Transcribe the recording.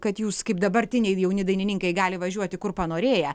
kad jūs kaip dabartiniai jauni dainininkai gali važiuoti kur panorėję